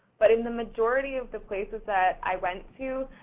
but in the majority of the places that i went to,